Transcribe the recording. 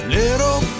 little